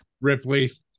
Ripley